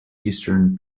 eastern